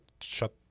shut